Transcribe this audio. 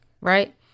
right